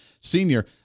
senior